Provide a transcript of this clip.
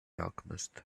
alchemist